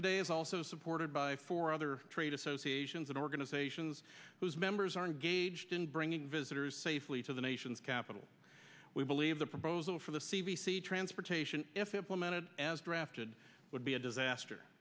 today is also supported by four other trade associations and organizations whose members are engaged in bringing visitors safely to the nation's capital we believe the proposal for the c b c transportation if implemented as drafted would be a disaster